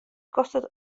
kostet